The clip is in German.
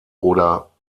oder